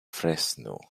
fresno